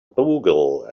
bugle